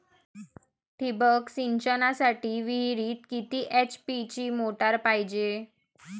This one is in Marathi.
ठिबक सिंचनासाठी विहिरीत किती एच.पी ची मोटार पायजे?